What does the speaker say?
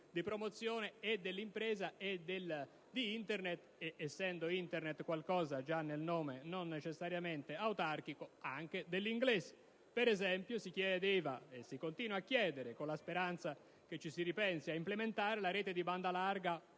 promozione sia dell'impresa che di Internet, ed essendo Internet qualcosa, già nel nome, non necessariamente autarchico, anche dell'inglese. Per esempio si chiedeva, e si continua a chiedere, con la speranza che ci si ripensi: di implementare la rete di banda larga